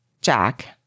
Jack